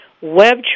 Web